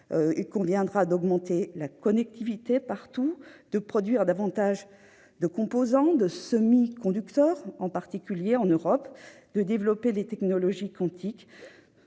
Il convient d'augmenter la connectivité partout, de produire davantage de composants et de semi-conducteurs en Europe, de développer les technologies quantiques